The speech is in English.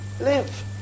live